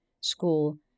school